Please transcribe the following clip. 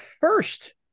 first